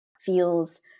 feels